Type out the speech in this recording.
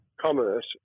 commerce